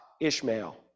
Ishmael